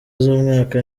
z’umwaka